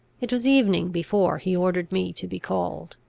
it was evening before he ordered me to be called.